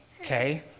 okay